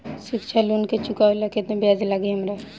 शिक्षा लोन के चुकावेला केतना ब्याज लागि हमरा?